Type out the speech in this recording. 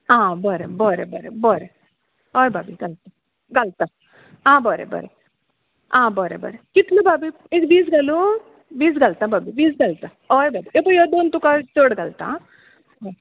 हां बरें बरें बरें बरें हय भाभी घालतां घालतां आं बरें बरें आं बरें कितलो भाभी एक वीस घालूं वीस घालतां भाभी वीस घालतां हय भाभी हे पळय हे दोन तुाक चड घालतां हां